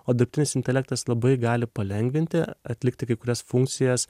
o dirbtinis intelektas labai gali palengvinti atlikti kai kurias funkcijas